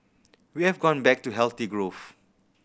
we have gone back to healthy growth